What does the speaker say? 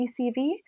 ECV